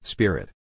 Spirit